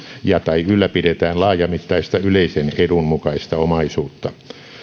ja tai ylläpidetään laajamittaista yleisen edun mukaista omaisuutta